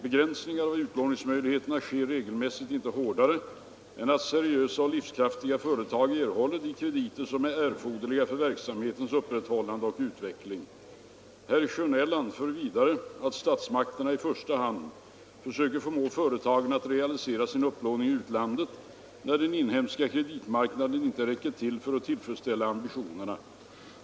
Begränsningar av utlåningsmöjligheterna sker regelmässigt inte hårdare än att seriösa och livskraftiga företag erhåller de krediter som är erforderliga för verksamhetens upprätthållande och utveckling. Herr Sjönell anför vidare att statsmakterna i första hand försöker förmå företagen att realisera sin upplåning i utlandet när den inhemska kreditmarknaden inte räcker till för att tillfredsställa ambitionerna.